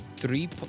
three